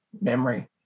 memory